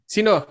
Sino